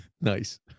Nice